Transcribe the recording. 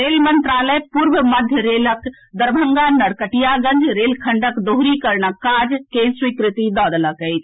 rail मंत्रालय पूर्व मध्य रेलक दरभंगा नरकटियागंज रेल खंडक दोहरीकरण कार्य के स्वीकृति दऽ देलक अछि